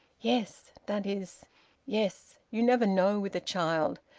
yes. that is yes. you never know with a child.